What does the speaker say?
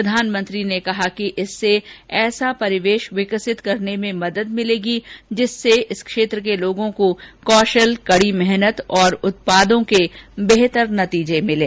प्रधानमंत्री ने कहा कि इससे ऐसा परिवेश विकसित करने में मदद मिलेगी जिसमें इस क्षेत्र के लोगों को कौशल कड़ी मेहनत और उत्पादों के बेहतर नतीजे मिलें